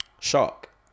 shark